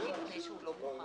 הישיבה נעולה.